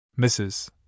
Mrs